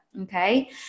Okay